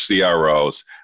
CROs